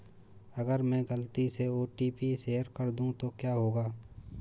अगर मैं गलती से ओ.टी.पी शेयर कर दूं तो क्या होगा?